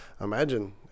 imagine